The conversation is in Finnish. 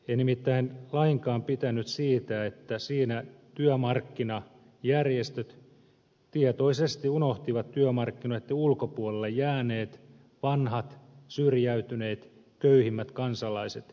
en nimittäin lainkaan pitänyt siitä että siinä työmarkkinajärjestöt tietoisesti unohtivat työmarkkinoitten ulkopuolelle jääneet vanhat syrjäytyneet köyhimmät kansalaiset